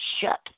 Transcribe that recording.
shut